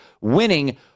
winning